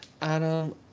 Adam